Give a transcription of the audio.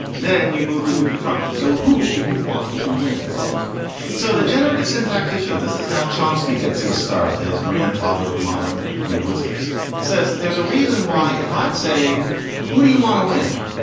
then you move the who to the front. so who do you want to win so the generative sound tactician, this is how chomsky gets his start as grandfather of modern linguistics says that there's a reason why. if i say who do you want to win?